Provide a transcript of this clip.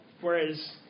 Whereas